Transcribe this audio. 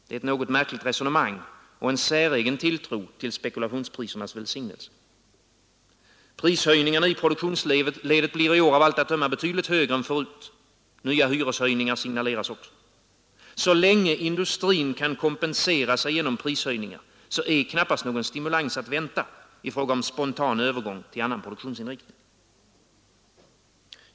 Det är ett något märkligt resonemang och en säregen tilltro till spekulationsprisernas välsignelse. Prishöjningarna i produktionsledet blir i år av allt att döma betydligt högre än förut, nya hyreshöjningar signaleras. Så länge industrin kan kompensera sig genom prishöjningar är knappast någon stimulans att vänta i fråga om spontan övergång till annan produktionsinriktning.